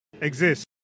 exist